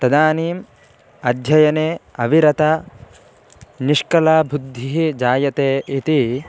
तदानीम् अध्ययने अविरता निष्कलाबुद्धिः जायते इति